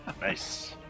Nice